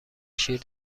شیر